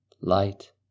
light